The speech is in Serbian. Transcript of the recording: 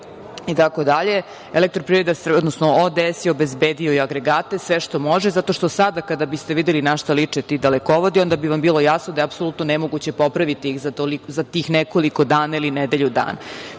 i tako dalje, EPS, odnosno ODS je obezbedio i agregate, sve što može, zato što sada kada biste videli na šta liče ti dalekovodi onda bi vam bilo jasno da je apsolutno nemoguće popraviti za tih nekoliko dana ili nedelju dana. Mi